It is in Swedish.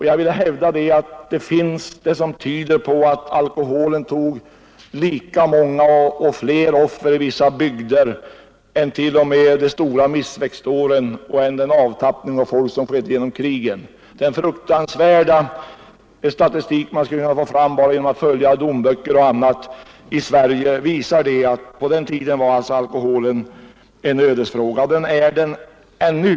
Jag vill hävda att det finns uppgifter som tyder på att alkoholen tog lika många och i vissa bygder fler offer än t.o.m. de stora missväxtåren och krigen. Den fruktansvärda statistik man kan få fram genom att följa domböcker och annat visar att på den tiden var alkoholen en ödesfråga, och den är det ännu.